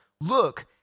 Look